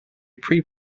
pre